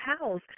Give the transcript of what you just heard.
house